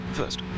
first